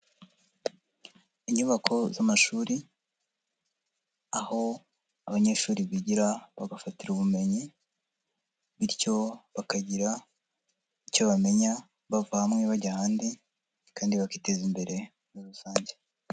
Inyubako z'amashuri, aho abanyeshuri bigira bagafatira ubumenyi. Bityo bakagira icyo bamenya bava hamwe bajya ahandi, kandi bakiteza imbere muri rusange.